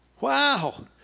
Wow